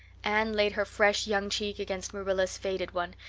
anne laid her fresh young cheek against marilla's faded one,